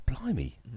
Blimey